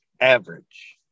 average